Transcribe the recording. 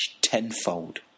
tenfold